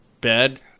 bed